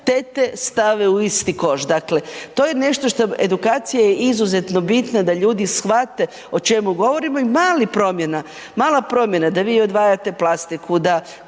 tete stave u isti koš. Dakle, to je nešto što, edukacija je izuzetno bitna da ljudi shvate o čemu govorimo i mala promjena da vi odvajate plastiku,